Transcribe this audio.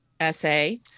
Essay